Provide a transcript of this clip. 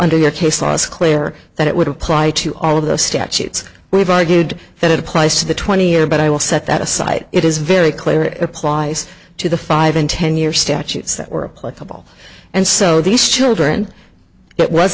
under your case law is clear that it would apply to all of those statutes we've argued that it applies to the twenty year but i will set that aside it is very clear it applies to the five and ten year statutes that were applied couple and so these children it was